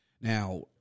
Now